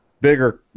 bigger